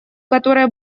которое